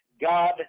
God